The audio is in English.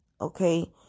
Okay